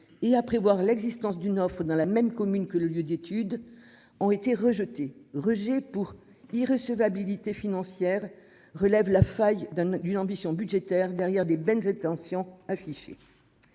il à prévoir l'existence d'une offre dans la même commune que le lieu d'études ont été rejetées rejet pour. Irrecevabilité financière relève la faille d'd'une ambition budgétaire derrière des belles intentions affichées.